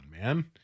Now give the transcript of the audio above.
man